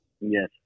Yes